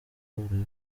siporo